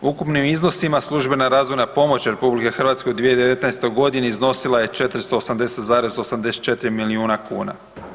U ukupnim iznosima službena razvojna pomoć RH u 2019. g. iznosila je 480,84 milijuna kuna.